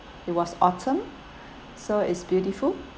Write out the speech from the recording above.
it was autumn so it's beautiful